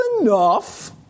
enough